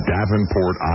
Davenport